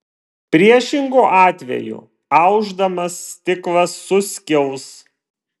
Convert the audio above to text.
priešingu atveju aušdamas stiklas suskils